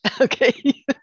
Okay